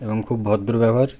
এবং খুব ভদ্র ব্যবহার